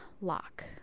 lock